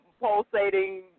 pulsating